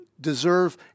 deserve